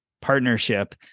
partnership